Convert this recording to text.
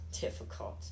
difficult